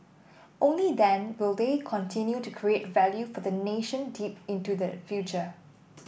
only then will they continue to create value for the nation deep into the future